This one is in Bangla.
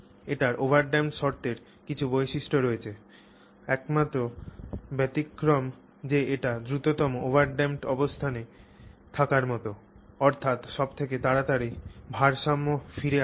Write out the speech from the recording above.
এটির ওভারড্যাম্পড শর্তের কিছু বৈশিষ্ট্য রয়েছে একমাত্র ব্যতিক্রম যে এটি দ্রুততম ওভারড্যাম্পড অবস্থানে থাকার মতো অর্থাৎ সব থেকে তাড়াতাড়ি ভারসাম্যে ফিরে আসা